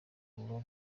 buba